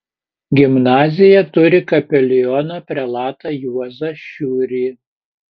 gimnazija turi kapelioną prelatą juozą šiurį